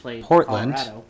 Portland